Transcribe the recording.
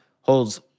holds